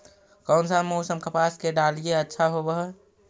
कोन सा मोसम कपास के डालीय अच्छा होबहय?